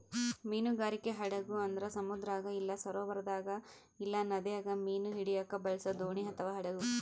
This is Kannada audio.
ಮೀನುಗಾರಿಕೆ ಹಡಗು ಅಂದ್ರ ಸಮುದ್ರದಾಗ ಇಲ್ಲ ಸರೋವರದಾಗ ಇಲ್ಲ ನದಿಗ ಮೀನು ಹಿಡಿಯಕ ಬಳಸೊ ದೋಣಿ ಅಥವಾ ಹಡಗು